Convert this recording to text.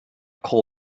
call